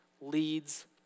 leads